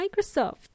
Microsoft